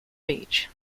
beach